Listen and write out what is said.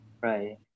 Right